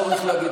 עשינו בסוריה,